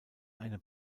eine